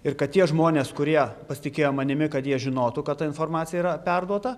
ir kad tie žmonės kurie pasitikėjo manimi kad jie žinotų kad ta informacija yra perduota